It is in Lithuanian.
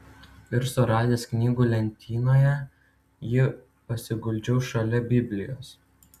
ir suradęs knygų lentynoje jį pasiguldžiau šalia biblijos